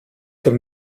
dem